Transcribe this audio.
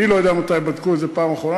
אני לא יודע מתי בדקו את זה בפעם האחרונה.